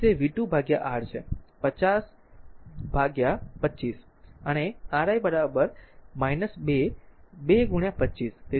તેથી તેv2 ભાગ્યા R છે 50 2 દ્વારા 25 અને પણ R i 2 2 25